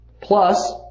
plus